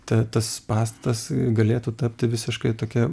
ta tas pastatas galėtų tapti visiškai tokia